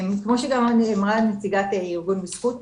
כמו שגם אמרה נציגת ארגון בזכות,